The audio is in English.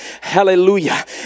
Hallelujah